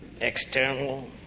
external